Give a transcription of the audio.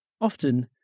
Often